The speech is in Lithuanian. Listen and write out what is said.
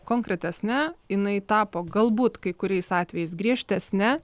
konkretesne jinai tapo galbūt kai kuriais atvejais griežtesne